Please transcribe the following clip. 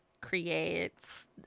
creates